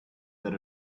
that